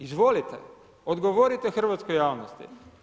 Izvolite, odgovorite hrvatskoj javnosti.